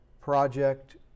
project